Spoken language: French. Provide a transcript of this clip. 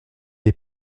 des